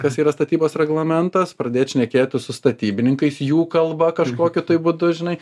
kas yra statybos reglamentas pradėt šnekėti su statybininkais jų kalba kažkokiu būdu žinai